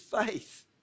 faith